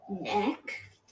neck